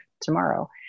tomorrow